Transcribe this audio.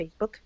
Facebook